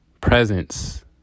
Presence